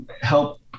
help